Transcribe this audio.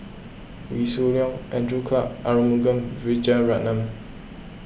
Wee Shoo Leong Andrew Clarke Arumugam Vijiaratnam